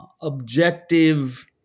objective